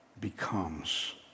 becomes